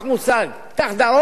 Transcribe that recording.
והוא מייד מסתדר לך.